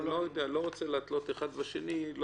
לא רוצה להתלות אחד בשני.